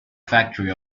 factory